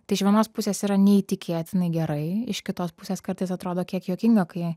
tai iš vienos pusės yra neįtikėtinai gerai iš kitos pusės kartais atrodo kiek juokinga kai